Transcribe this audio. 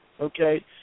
Okay